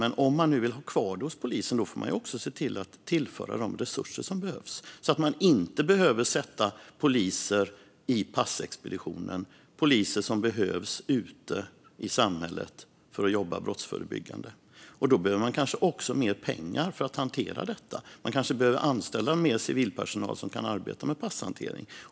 Men om man nu vill ha kvar det hos polisen får man se till att tillföra de resurser som behövs, så att man inte behöver sätta poliser i passexpeditionen - poliser som behövs ute i samhället för att jobba brottsförebyggande. Man behöver kanske också mer pengar för att hantera detta. Man kanske behöver anställa mer civilpersonal som kan arbeta med passhantering.